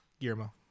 Guillermo